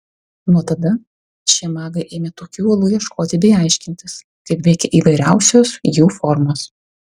nuo tada šie magai ėmė tokių olų ieškoti bei aiškintis kaip veikia įvairiausios jų formos